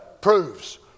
proves